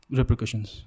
repercussions